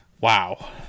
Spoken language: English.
Wow